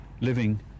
living